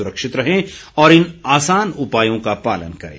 सुरक्षित रहें और इन आसान उपायों का पालन करें